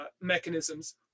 mechanisms